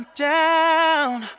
down